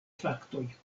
faktoj